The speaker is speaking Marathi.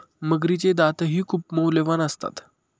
मगरीचे दातही खूप मौल्यवान असतात